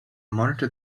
monitor